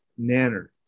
nanner